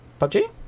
PUBG